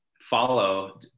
follow